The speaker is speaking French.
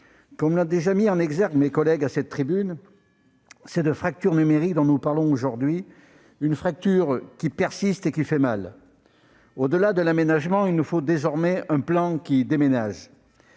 Comme l'ont déjà mis en exergue mes collègues à cette tribune, c'est de fracture numérique que nous parlons aujourd'hui, une fracture qui persiste et qui fait mal ! Au-delà de l'aménagement, il nous faut désormais un plan qui déménage